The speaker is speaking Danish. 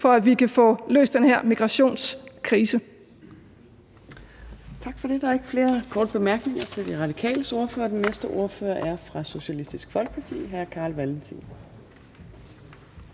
næstformand (Trine Torp): Tak for det. Der er ikke flere korte bemærkninger til De Radikales ordfører. Den næste ordfører er fra Socialistisk Folkeparti og er hr. Carl Valentin